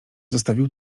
zostawił